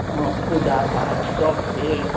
हँ पूजा पाठ सब भेल